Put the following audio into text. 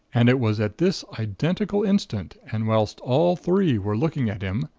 and it was at this identical instant and whilst all three were looking at him,